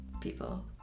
people